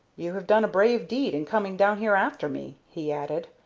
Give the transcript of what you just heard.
you have done a brave deed in coming down here after me, he added,